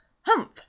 Humph